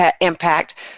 impact